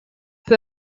peu